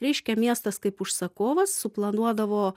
reiškia miestas kaip užsakovas suplanuodavo